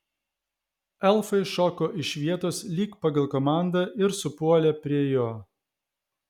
elfai šoko iš vietos lyg pagal komandą ir supuolė prie jo